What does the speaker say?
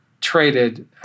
traded